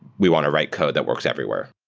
we want to write code that works everywhere.